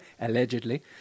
allegedly